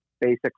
basic